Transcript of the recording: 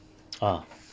ah